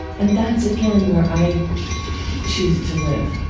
and that's again where i choose to live